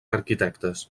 arquitectes